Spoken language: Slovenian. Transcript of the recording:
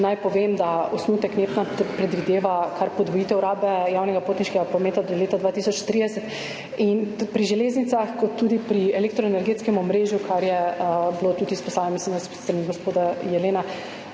Naj povem, da osnutek NEP predvideva kar podvojitev rabe javnega potniškega prometa do leta 2030, pri železnicah kot tudi pri elektroenergetskem omrežju, kar je bilo rečeno tudi s strani gospoda Jelena.